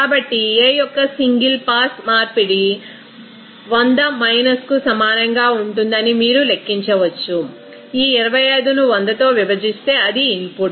కాబట్టి A యొక్క single pass మార్పిడి 100 మైనస్కు సమానంగా ఉంటుందని మీరు లెక్కించవచ్చు ఈ 25 ను 100 తో విభజిస్తే అది ఇన్పుట్